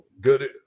Good